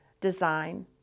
design